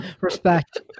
Respect